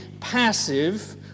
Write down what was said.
passive